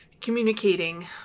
communicating